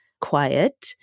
quiet